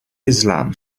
islam